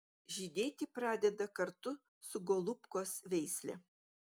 žydėti pradeda kartu su golubkos veisle